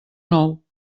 nou